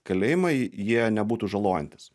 kalėjimai jie nebūtų žalojantys